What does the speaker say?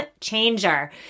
changer